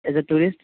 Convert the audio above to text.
as a tourist